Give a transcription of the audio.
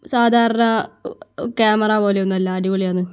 സാധാരണ ക്യാമറ പോലൊന്നുവല്ല അടിപൊളിയാണ്